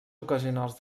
ocasionals